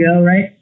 right